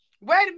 Wait